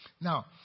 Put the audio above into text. Now